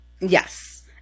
Yes